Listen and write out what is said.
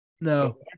No